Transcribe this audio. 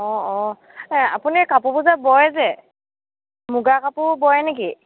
অঁ অঁ এই আপুনি কাপোৰবোৰ যে বয় যে মুগা কাপোৰ বয় নেকি